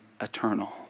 eternal